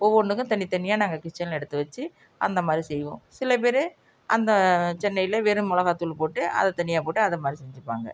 ஒவ்வொன்றுக்கும் தனித்தனியாக நாங்கள் கிச்சனில் எடுத்து வச்சு அந்த மாதிரி செய்வோம் சில பேர் அந்த சென்னையில் வெறும் மிளகாத்தூள் போட்டு அதை தனியாக போட்டு அதை மாதிரி செஞ்சுப்பாங்க